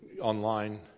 online